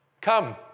come